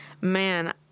man